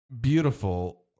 beautiful